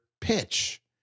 pitch